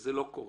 שזה לא קורה?